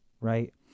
right